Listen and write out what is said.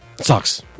sucks